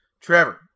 Trevor